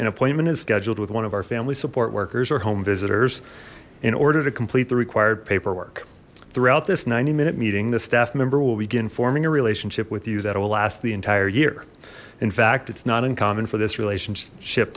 appointment is scheduled with one of our family support workers or home visitors in order to complete the required paperwork throughout this ninety minute meeting the staff member will begin forming a relationship with you that will last the entire year in fact it's not uncommon for this relationship